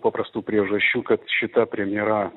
paprastų priežasčių kad šita premjera